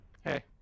Hey